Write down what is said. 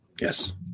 Yes